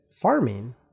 farming